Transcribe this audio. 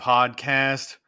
Podcast